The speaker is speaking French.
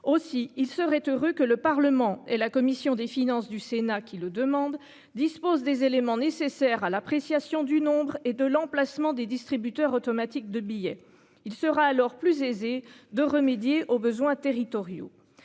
aussi. Il serait heureux que le Parlement et la commission des finances du Sénat qui le demandent dispose des éléments nécessaires à l'appréciation du nombre et de l'emplacement des distributeurs automatiques de billets. Il sera alors plus aisé de remédier aux besoins territoriaux.